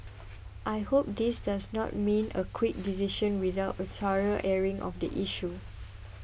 I hope this does not mean a quick decision without a thorough airing of the issue